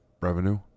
revenue